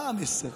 מה המסר?